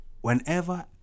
whenever